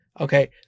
Okay